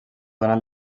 donat